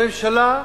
הממשלה,